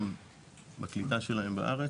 גם בקליטה שלהם בארץ,